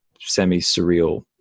semi-surreal